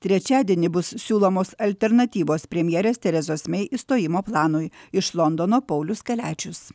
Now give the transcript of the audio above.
trečiadienį bus siūlomos alternatyvos premjerės terezos mei išstojimo planui iš londono paulius kaliačius